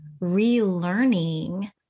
relearning